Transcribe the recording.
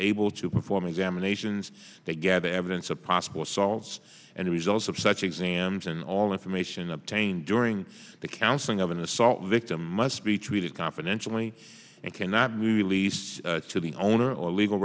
able to perform examinations that gather evidence of possible assaults and results of such exams and all information obtained during the counseling of an assault victim must be treated confidentially and cannot release to the owner or legal